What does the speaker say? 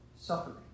suffering